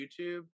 YouTube